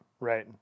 right